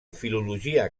filologia